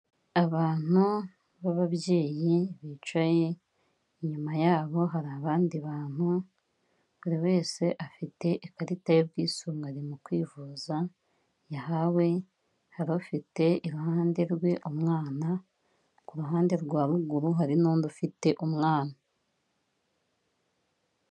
Abantu b'ababyeyi bicaye, inyuma yabo hari abandi bantu, buri wese afite ikarita y'ubwisungane mu kwivuza yahawe, hari ufite iruhande rwe umwana, ku ruhande rwa ruguru hari n'undi ufite umwana.